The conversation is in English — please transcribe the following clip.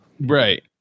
right